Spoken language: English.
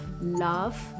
love